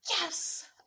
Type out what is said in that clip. Yes